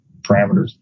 parameters